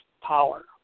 power